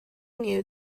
knew